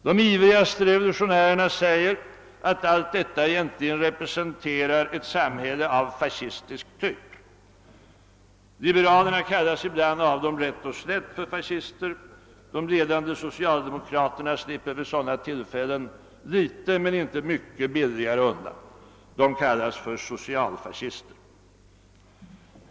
De ivrigaste revolutionärerna säger att allt detta egentligen representerar ett samhälle av fascistiskt typ. Liberalerna kallas ibland av dem rätt och slätt för fascister, de ledande socialdemokraterna slipper vid sådana tillfällen litet, men inte mycket, billigare undan. De kallas för socialfascister.